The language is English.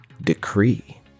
decree